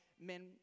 men